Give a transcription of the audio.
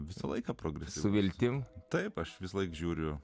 visą laiką progresu viltim taip aš visąlaik žiūriu